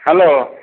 hello